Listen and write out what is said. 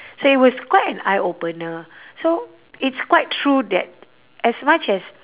so it was quite an eye opener so it's quite true that as much as